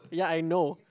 ya I know